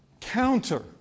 counter